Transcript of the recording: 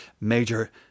major